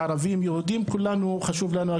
רק להחיל את מנגנון הסבסוד של מעונות היום גם על הצהרונים,